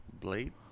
Blade